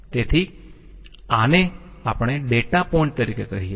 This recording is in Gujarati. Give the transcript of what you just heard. તેથી આને આપણે ડેટા પોઈન્ટ તરીકે કહીયે છીએ